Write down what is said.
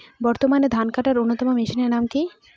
বর্তমানে ধান কাটার অন্যতম মেশিনের নাম কি?